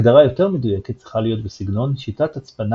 הגדרה יותר מדויקת צריכה להיות בסגנון שיטת הצפנה